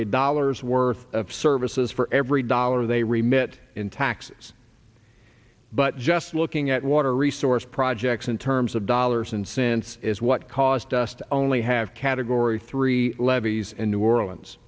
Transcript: a dollar's worth of services for every dollar they remit in taxes but just looking at water resource projects in terms of dollars and cents is what caused us to only have category three levees in new orleans